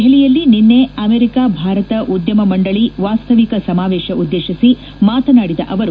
ದೆಪಲಿಯಲ್ಲಿ ನನ್ನೆ ಆಮೆರಿಕ ಭಾರತ ಉದ್ದಮ ಮಂಡಳಿ ವಾಸ್ತವಿಕ ಸಮಾವೇಶ ಉದ್ದೇಶಿಸಿ ಮಾತನಾಡಿದ ಅವರು